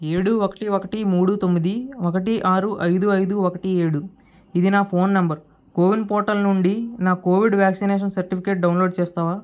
ఏడు ఒకటి ఒకటి మూడు తొమ్మిది ఒకటి ఆరు ఐదు ఐదు ఒకటి ఏడు ఇది నా ఫోన్ నంబర్ కోవిన్ పోర్టల్ నుండి నా కోవిడ్ వ్యాక్సినేషన్ సర్టిఫికేట్ డౌన్లోడ్ చేస్తావా